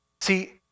See